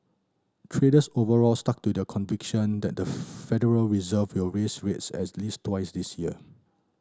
traders overall stuck to their conviction that the Federal Reserve will raise rates as least twice this year